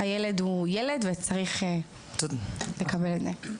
הילד הוא ילד וצריך לקבל את זה.